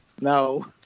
No